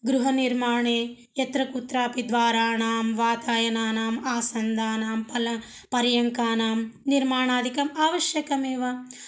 गृहनिर्माणे यत्र कुत्रापि द्वाराणां वातायनानाम् आसन्दानां पल पर्यङ्कानां निर्माणादिकम् आवश्यकमेव